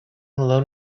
alone